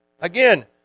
Again